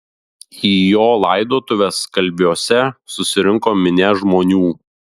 į jo laidotuves kalviuose susirinko minia žmonių